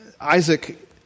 Isaac